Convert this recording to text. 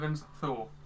Thor